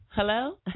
Hello